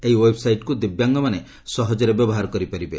ଏହି ଓ୍ୱେବସାଇଟ୍କୁ ଦିବ୍ୟାଙ୍ଗମାନେ ସହଜରେ ବ୍ୟବହାର କରିପାରିବେ